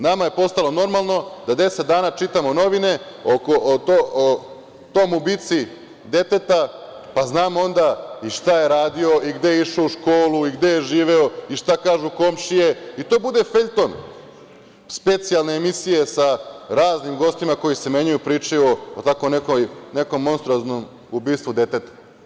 Nama je postalo normalno da 10 dana čitamo novine o tom ubici deteta, pa znam onda šta je radio i gde je išao u školu i gde je živeo i šta kažu komšije, i to bude feljton specijalne emisije sa raznim gostima koji se menjaju, pričaju o tako nekom monstruoznom ubistvu deteta.